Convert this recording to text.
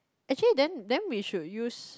actually then then we should use